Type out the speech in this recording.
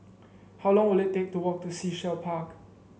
how long will it take to walk to Sea Shell Park